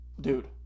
Dude